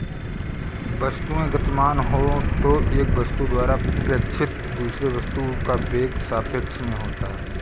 वस्तुएं गतिमान हो तो एक वस्तु द्वारा प्रेक्षित दूसरे वस्तु का वेग सापेक्ष में होता है